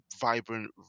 vibrant